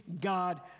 God